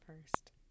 first